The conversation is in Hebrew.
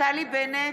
נפתלי בנט,